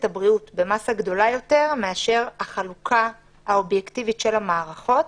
הבריאות במסה גדולה יותר מאשר החלוקה האובייקטיבית של המערכות.